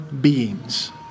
beings